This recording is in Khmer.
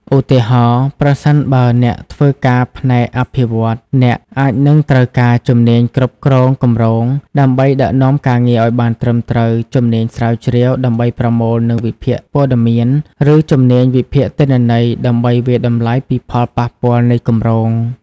ឧទាហរណ៍ ប្រសិនបើអ្នកធ្វើការផ្នែកអភិវឌ្ឍន៍ អ្នកអាចនឹងត្រូវការ ជំនាញគ្រប់គ្រងគម្រោង ដើម្បីដឹកនាំការងារឱ្យបានត្រឹមត្រូវ ជំនាញស្រាវជ្រាវ ដើម្បីប្រមូលនិងវិភាគព័ត៌មាន ឬ ជំនាញវិភាគទិន្នន័យ ដើម្បីវាយតម្លៃពីផលប៉ះពាល់នៃគម្រោង។